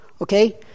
Okay